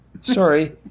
Sorry